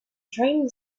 trading